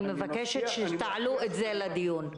אני מבקשת שתעלו את זה בדיון.